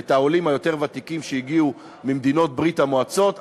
את העולים היותר-ותיקים שהגיעו ממדינות ברית-המועצות,